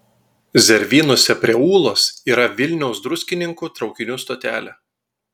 zervynose prie ūlos yra vilniaus druskininkų traukinių stotelė